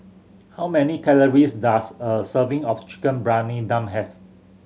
how many calories does a serving of Chicken Briyani Dum have